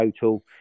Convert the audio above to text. total